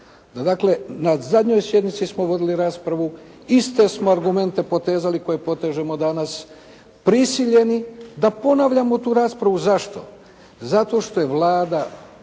Dakle, na zadnjoj sjednici smo vodili raspravu, iste smo argumente potezali koje potežemo danas, prisiljeni da ponavljamo tu raspravu. Zašto? Zato što je Vlada